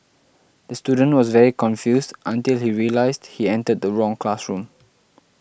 the student was very confused until he realised he entered the wrong classroom